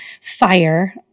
fire